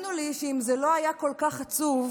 תאמינו לי שאם זה לא היה כל כך עצוב,